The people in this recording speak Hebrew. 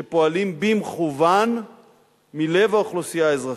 שפועלים במכוון מלב האוכלוסייה האזרחית.